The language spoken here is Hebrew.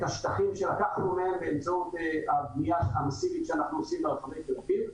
השטחים שלקחנו מהם באזור הבנייה המאסיבית שאנחנו עושים ברחבי כל עיר,